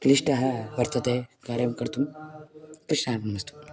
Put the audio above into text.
क्लिष्टः वर्तते कार्यं कर्तुं कृष्णार्पणमस्तु